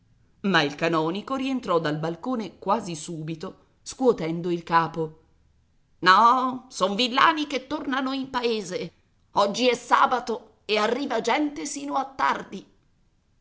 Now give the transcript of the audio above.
ma il canonico rientrò dal balcone quasi subito scuotendo il capo no son villani che tornano in paese oggi è sabato e arriva gente sino a tardi